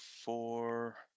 four